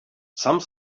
some